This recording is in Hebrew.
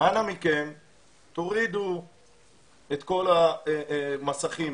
אנא מכם תורידו את כל המסכים.